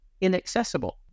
inaccessible